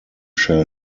shall